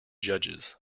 judges